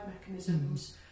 mechanisms